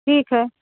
ठीक है